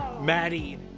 Maddie